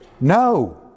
No